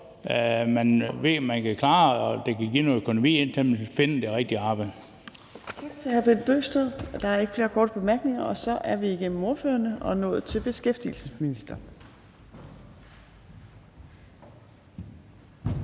man ved man kan klare, og som kan give noget økonomi, indtil man kan finde det rigtige arbejde.